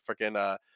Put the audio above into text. freaking